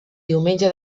diumenge